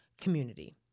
community